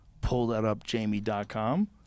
pullthatupjamie.com